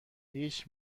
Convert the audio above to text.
هیچ